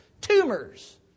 Tumors